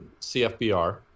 CFBR